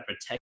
protect